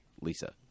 Lisa